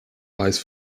eyes